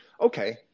Okay